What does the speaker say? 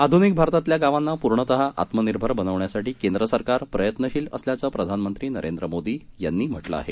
आधुनिक भारतातल्या गावांना पूर्णतः आत्मनिर्भर बनवण्यासाठी केंद्र सरकार प्रयत्नशील असल्याचं प्रधानमंत्री नरेंद्र मोदी यांनी म्हटलं आहे